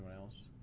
um else?